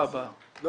בשעה